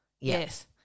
Yes